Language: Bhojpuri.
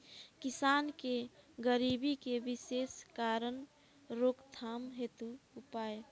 किसान के गरीबी के विशेष कारण रोकथाम हेतु उपाय?